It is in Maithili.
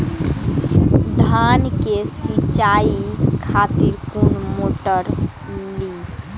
धान के सीचाई खातिर कोन मोटर ली?